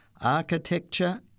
architecture